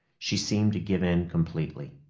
she seemed to give in completely.